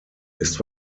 ist